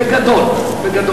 בגדול.